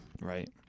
Right